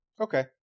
okay